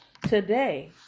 Today